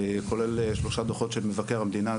כולל שלושה דוחות של מבקר המדינה,